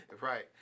right